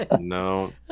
no